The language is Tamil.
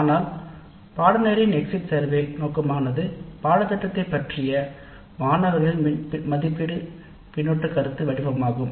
ஆனால் எக்ஸிட் சேரவே பாடநெறியின் நோக்கமானது பாடத்திட்டத்தை பற்றிய மாணவர்களின் மதிப்பீட்டு பின்னூட்ட கருத்து வடிவமாகும்